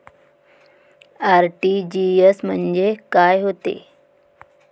RTGS म्हंजे काय होते?